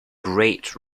great